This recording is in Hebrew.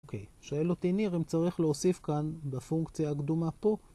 אוקיי, שואל אותי ניר אם צריך להוסיף כאן בפונקציה הקדומה פה